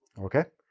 okay?